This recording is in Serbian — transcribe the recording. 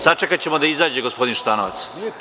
Sačekaćemo da izađe gospodin Šutanovac.